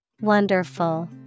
Wonderful